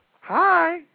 Hi